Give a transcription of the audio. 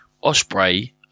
Osprey